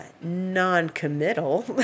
non-committal